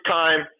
time